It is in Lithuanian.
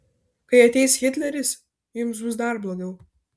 kai ateis hitleris jums bus dar blogiau